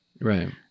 Right